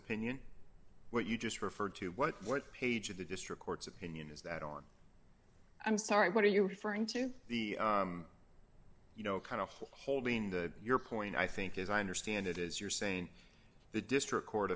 opinion what you just referred to what page of the district court's opinion is that or i'm sorry what are you referring to the you know kind of holding the your point i think as i understand it is you're saying the district court